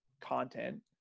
content